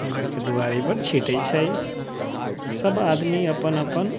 घरके दुआरीपर छिटै छै सब आदमी अपन अपन